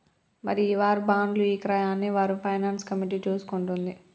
మరి ఈ వార్ బాండ్లు ఇక్రయాన్ని వార్ ఫైనాన్స్ కమిటీ చూసుకుంటుంది